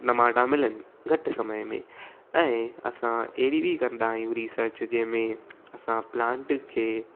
टमाटा मिलनि घटि समय में ऐं असां अहिड़ी बि कंदा आहियूं रिसर्च जंहिंमें असां प्लांट खे